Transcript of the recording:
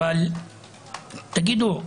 אבל, תגידו,